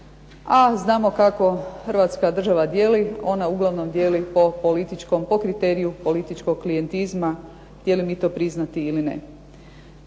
A znamo kako hrvatska država dijeli, ona uglavnom dijeli po političkom, po kriteriju političkog klijentizma htjeli mi to priznati ili ne.